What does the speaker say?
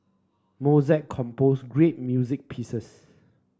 Mozart composed great music pieces